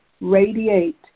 radiate